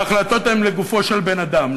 ההחלטות הן לגופו של בן-אדם,